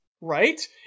Right